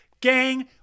Gang